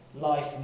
life